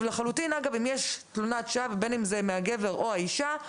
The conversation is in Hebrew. אם יש תלונת שווא בין אם זה מהגבר או מהאישה,